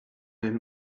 him